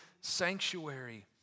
sanctuary